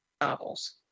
novels